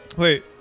wait